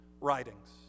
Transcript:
writings